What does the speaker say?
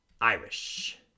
irish